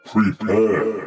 Prepare